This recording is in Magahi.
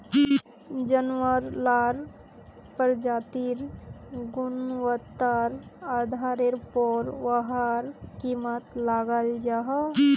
जानवार लार प्रजातिर गुन्वात्तार आधारेर पोर वहार कीमत लगाल जाहा